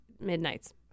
midnights